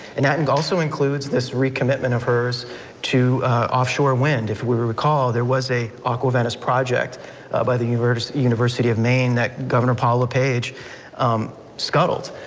and that and also includes this recommitment of hers to offshore wind. if we recall there was a aqua venus project by the university, university of maine that governor paul lepage scuttled,